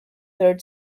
third